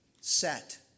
set